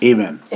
Amen